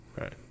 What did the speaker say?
Right